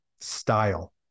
style